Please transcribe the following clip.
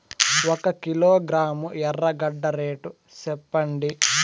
ఒక కిలోగ్రాము ఎర్రగడ్డ రేటు సెప్పండి?